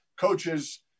Coaches